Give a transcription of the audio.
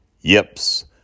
Yips